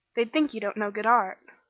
they'd think you don't know good art.